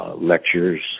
lectures